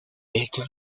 estos